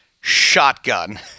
shotgun